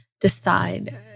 decide